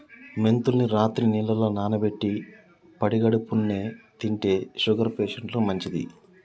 మెంతుల్ని రాత్రి నీళ్లల్ల నానబెట్టి పడిగడుపున్నె తింటే షుగర్ పేషంట్లకు మంచిది